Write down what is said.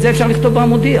את זה אפשר לכתוב ב"המודיע".